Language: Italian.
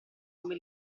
come